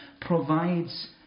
provides